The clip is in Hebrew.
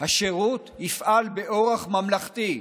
"השירות יפעל באורח ממלכתי,